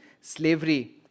slavery